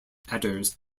adders